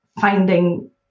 finding